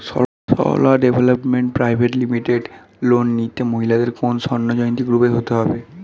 Sarala development private limited loan নিতে মহিলাদের কি স্বর্ণ জয়ন্তী গ্রুপে হতে হবে?